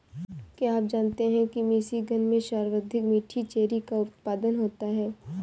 क्या आप जानते हैं कि मिशिगन में सर्वाधिक मीठी चेरी का उत्पादन होता है?